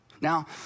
Now